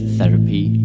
Therapy